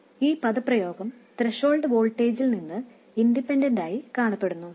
ഈ expression threshold വോൾട്ടേജിൽ നിന്ന് ഇൻഡിപെൻഡൻറായി കാണപ്പെടുന്നുള്ളൂ